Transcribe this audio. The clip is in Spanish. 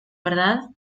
verdad